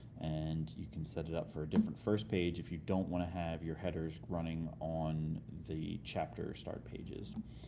and you can set it up for a different first page if you don't want to have your headers running on the chapter start pages.